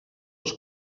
els